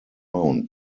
round